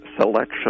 selection